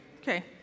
Okay